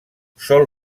sol